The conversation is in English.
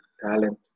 talent